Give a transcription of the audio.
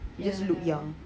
you just look young